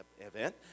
event